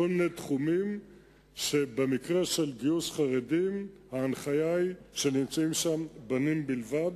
כל מיני תחומים שבמקרה של גיוס חרדים ההנחיה היא שנמצאים שם בנים בלבד,